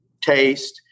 taste